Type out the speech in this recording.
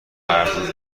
مردود